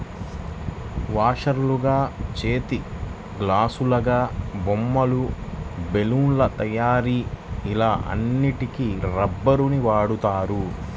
వాషర్లుగా, చేతిగ్లాసులాగా, బొమ్మలు, బెలూన్ల తయారీ ఇలా అన్నిటికి రబ్బరుని వాడుతారు